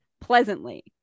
pleasantly